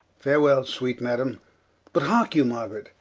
farwell sweet madam but hearke you margaret,